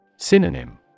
Synonym